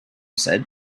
said